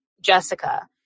Jessica